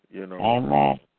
Amen